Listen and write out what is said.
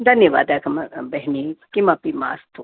धन्यवादः कम बेहनी किमपि मास्तु